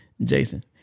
Jason